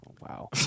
wow